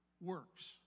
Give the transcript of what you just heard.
works